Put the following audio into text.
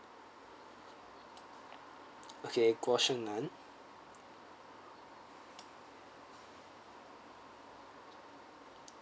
okay guo sheng nan